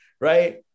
Right